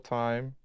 time